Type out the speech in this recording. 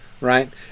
right